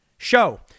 show